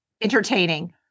entertaining